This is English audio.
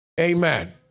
Amen